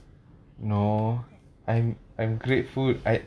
no I'm I'm grateful I